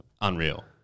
unreal